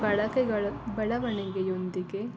ಬಳಕೆಗಳು ಬೆಳವಣಿಗೆಯೊಂದಿಗೆ